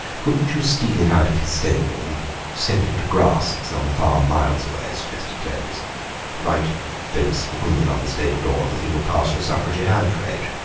couldn't you steal it out of his stable and send it to grass at some farm miles away? suggested clovis write votes for women on the stable door, and the thing would pass for a suffragette outrage.